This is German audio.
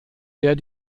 der